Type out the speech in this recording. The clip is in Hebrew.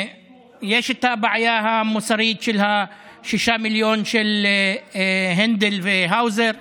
יש את הבעיה המוסרית של ה-6 מיליון של הנדל והאוזר,